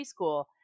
preschool